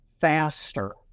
faster